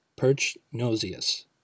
Perchnosius